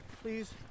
Please